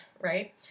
right